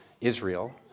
Israel